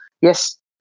yes